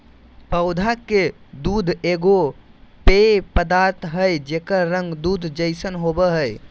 पौधा के दूध एगो पेय पदार्थ हइ जेकर रंग दूध जैसन होबो हइ